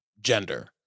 gender